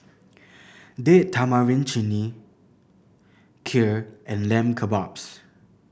Date Tamarind Chutney Kheer and Lamb Kebabs